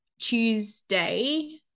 Tuesday